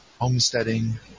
homesteading